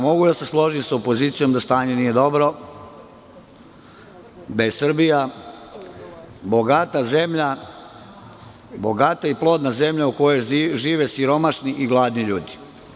Mogu da se složim sa opozicijom da stanje nije dobro, da je Srbija bogata zemlja, bogata i plodna zemlja u kojoj žive siromašni i gladni ljudi.